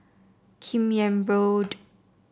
Kim Yam Road